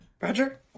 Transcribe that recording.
Roger